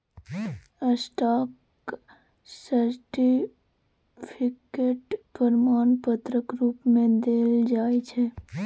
stock certificate प्रमाण पत्रक रुप मे देल जाइ छै